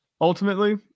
Ultimately